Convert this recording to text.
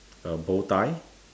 a bowtie